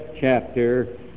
chapter